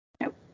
Nope